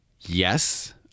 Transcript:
yes